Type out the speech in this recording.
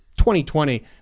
2020